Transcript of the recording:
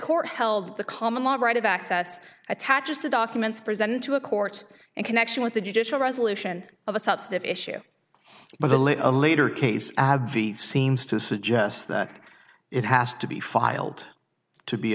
court held the common law right of access attaches to documents presented to a court in connection with the judicial resolution of a subset of issue but a little later case seems to suggest that it has to be filed to be